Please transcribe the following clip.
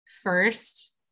First